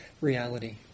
Reality